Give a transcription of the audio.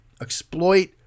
Exploit